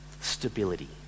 stability